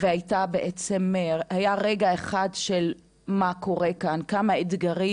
והיה רגע אחד שלא היה ברור מה קורה שם, כמה אתגרים